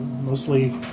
mostly